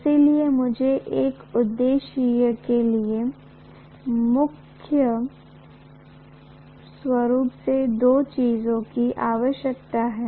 इसलिए मुझे इस उद्देश्य के लिए मुख्य रूप से दो चीजों की आवश्यकता है